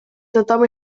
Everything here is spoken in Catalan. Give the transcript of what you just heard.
tothom